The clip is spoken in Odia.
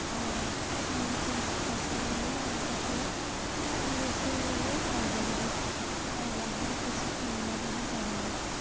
ଆଉ ଯେମିତି ଫସଲ ହେଲେ ଆମେ ତାକୁ ମାନେ ରୋଷେଇରେ ଖାଇପାରିବୁ ଆଉ ବାହାରୁ କିଛି କିଣିବାକୁ ହିଁ ପଡ଼େନି